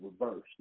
reversed